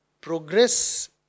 progress